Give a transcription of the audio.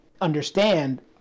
understand